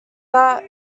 that